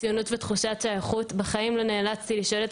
ציונות ותחושת שייכות: "בחיים לא נאלצתי לשאול את